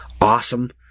awesome